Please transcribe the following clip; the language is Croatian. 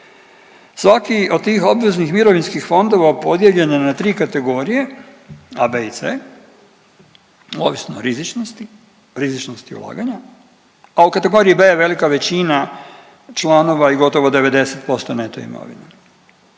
Svaki od tih obveznih mirovinskih fondova podijeljen je na 3 kategorije, A, B i C, ovisno o rizičnosti, rizičnosti ulaganja, a u kategoriji B je velika većina članova i gotovo 90% neto imovine.